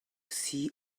see